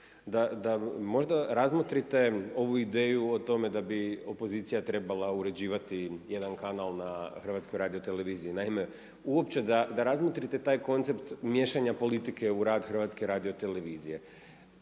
da možda razmotrite ovu ideju o tome da bi opozicija trebala uređivati jedan kanal na HRT-u. Naime, uopće da razmotrite taj koncept miješanja politike u rad HRT-a. Iskustvo je